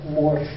more